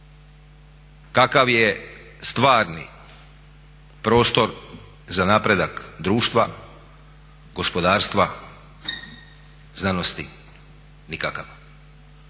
Kakav je stvarni prostor za napredak društva, gospodarstva, znanosti? Nikakav.